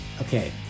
Okay